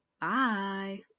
Bye